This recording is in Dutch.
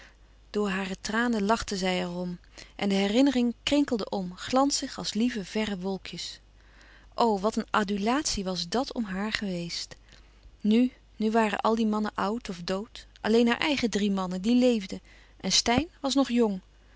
door hare tranen lachte zij er om en de herinnering krinkelde om glanzig als lieve verre wolkjes o wat een adulatie was dàt om haar geweest nu nu waren al die mannen oud of dood alleen haar eigen drie mannen die leefden en steyn was nog jong